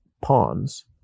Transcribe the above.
pawns